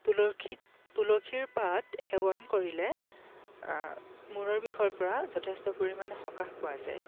তুলসীত তুলসীৰ পাত সেৱন কৰিলে মূৰৰ বিষৰ পৰা যথেষ্ট পৰিমাণে সকাহ পোৱা যায়